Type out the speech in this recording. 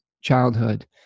childhood